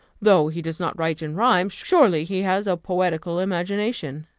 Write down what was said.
though he does not write in rhyme, surely he has a poetical imagination.